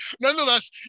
Nonetheless